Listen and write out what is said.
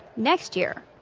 next year,